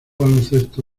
baloncesto